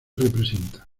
representa